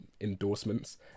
endorsements